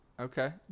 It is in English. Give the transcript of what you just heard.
Okay